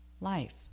life